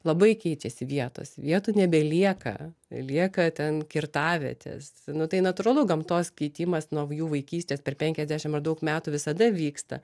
labai keičiasi vietos vietų nebelieka lieka ten kirtavietės nu tai natūralu gamtos keitimas nuo jų vaikystės per penkiasdešim ar daug metų visada vyksta